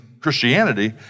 Christianity